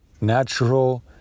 natural